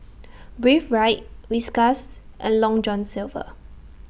Breathe Right Whiskas and Long John Silver